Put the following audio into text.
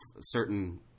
certain